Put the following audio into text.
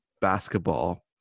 basketball